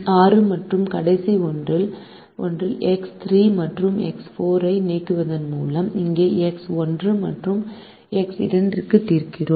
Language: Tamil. ஆறு மற்றும் கடைசி ஒன்று எக்ஸ் 3 மற்றும் எக்ஸ் 4 ஐ நீக்குவதன் மூலம் இங்கே எக்ஸ் 1 மற்றும் எக்ஸ் 2 க்கு தீர்க்கிறோம்